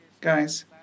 guys